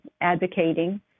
advocating